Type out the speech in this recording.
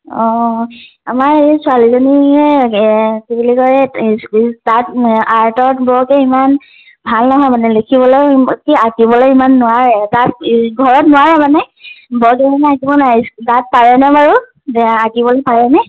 অঁ আমাৰ এই ছোৱালীজনীয়ে কি বুলি কয় তাত আৰ্টত বৰকৈ ইমান ভাল নহয় মানে লিখিবলৈ কি আঁকিবলৈ ইমান নোৱাৰে তাত ঘৰত নোৱাৰে মানে ঘৰত দেখোন আঁকিব নোৱাৰে তাত পাৰেনে বাৰু আঁকিবলৈ পাৰেনে